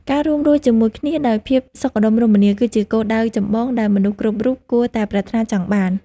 ការរួមរស់ជាមួយគ្នាដោយភាពសុខដុមរមនា គឺជាគោលដៅចម្បងដែលមនុស្សគ្រប់រូបគួរតែប្រាថ្នាចង់បាន។